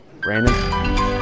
Brandon